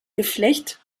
geflecht